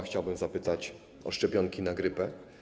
Chciałbym zapytać o szczepionki na grypę.